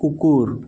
কুকুর